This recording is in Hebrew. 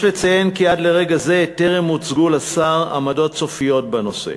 יש לציין כי עד לרגע זה טרם הוצגו לשר עמדות סופיות בנושא.